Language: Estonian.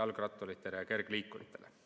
jalgratturitele ja kergliikuritele.